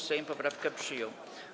Sejm poprawkę przyjął.